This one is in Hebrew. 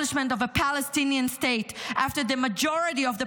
of a Palestinian state after the majority of that